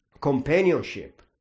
companionship